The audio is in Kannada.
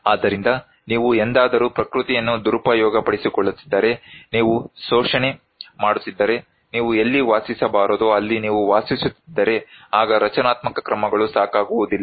ಆದ್ದರಿಂದ ನೀವು ಎಂದಾದರೂ ಪ್ರಕೃತಿಯನ್ನು ದುರುಪಯೋಗಪಡಿಸಿಕೊಳ್ಳುತ್ತಿದ್ದರೆ ನೀವು ಶೋಷಣೆ ಮಾಡುತ್ತಿದ್ದರೆ ನೀವು ಎಲ್ಲಿ ವಾಸಿಸಬಾರದೊ ಅಲ್ಲಿ ನೀವು ವಾಸಿಸುತ್ತಿದ್ದರೆ ಆಗ ರಚನಾತ್ಮಕ ಕ್ರಮಗಳು ಸಾಕಾಗುವುದಿಲ್ಲ